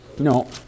No